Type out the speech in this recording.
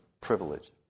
privilege